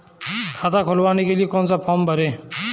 खाता खुलवाने के लिए कौन सा फॉर्म भरें?